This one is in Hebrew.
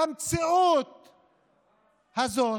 במציאות הזאת,